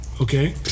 Okay